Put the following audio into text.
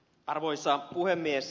arvoisa puhemies